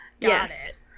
yes